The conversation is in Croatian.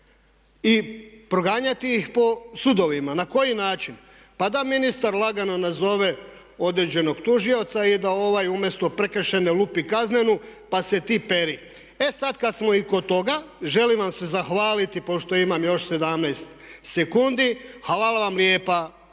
i proganjati iz po sudovima, na koji način? Pa da ministar lagano nazove određenog tužioca i da ovaj umjesto prekršajne lupi kaznenu pa se ti peri. E sada kada smo i kod toga, želim vam se zahvaliti pošto imam još 17 sekundi, hvala vam lijepa